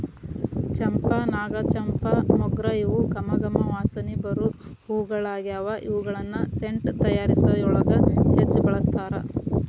ಚಂಪಾ, ನಾಗಚಂಪಾ, ಮೊಗ್ರ ಇವು ಗಮ ಗಮ ವಾಸನಿ ಬರು ಹೂಗಳಗ್ಯಾವ, ಇವುಗಳನ್ನ ಸೆಂಟ್ ತಯಾರಿಕೆಯೊಳಗ ಹೆಚ್ಚ್ ಬಳಸ್ತಾರ